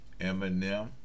Eminem